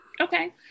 Okay